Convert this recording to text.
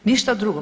Ništa drugo.